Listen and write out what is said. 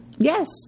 Yes